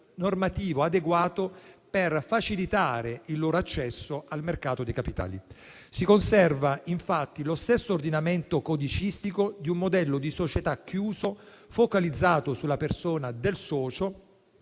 normativo adeguato per facilitare il loro accesso al mercato dei capitali. Si conserva infatti lo stesso ordinamento codicistico di un modello di società chiuso, focalizzato sulla persona del socio